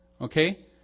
Okay